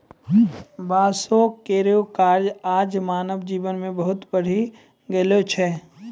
बांस केरो कार्य आज मानव जीवन मे बहुत बढ़ी गेलो छै